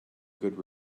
good